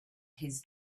his